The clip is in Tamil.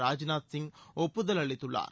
ராஜ்நாத் சிங் ஒப்புதல் அளித்துள்ளார்